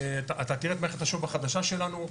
אתה תראה את מערכת השו"ב החדשה שלנו.